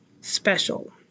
special